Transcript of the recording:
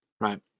right